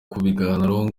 kubiganiraho